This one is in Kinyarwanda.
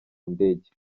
ndege